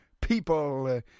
people